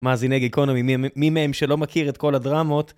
מאזיני גיקונומי, מי מהם שלא מכיר את כל הדרמות